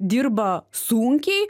dirba sunkiai